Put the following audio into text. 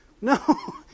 No